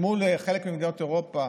מול חלק ממדינות אירופה